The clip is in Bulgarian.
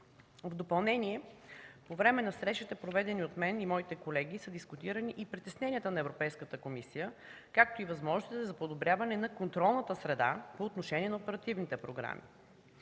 В допълнение, по време на срещите, проведени от мен и моите колеги, са дискутирани и притесненията на Европейската комисия, както и възможностите за подобряване на контролната среда по отношение на оперативните програми.